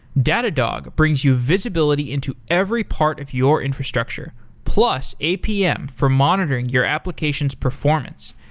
datadog brings you visibility into every part of your infrastructure, plus, apm for monitoring your application's performance.